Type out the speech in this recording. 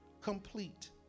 complete